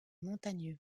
montagneux